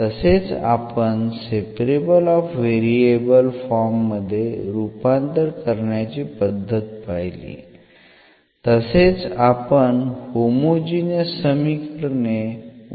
तसेच आपण separable of variable form मध्ये रूपांतर करण्याची पद्धत पाहिली तसेच आपण होमोजिनियस समीकरणे